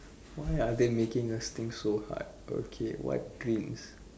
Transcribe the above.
why are they making us think so hard okay what dreams